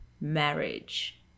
marriage